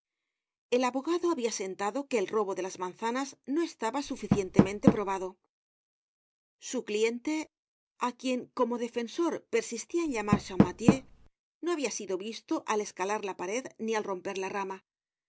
el abogado habia sentado que el robo de las manzanas no estaba suficientemente probado su cliente á quien como defensor persistia en llamar champmathieu no habia sido visto al escalar la pared ni al romper la rama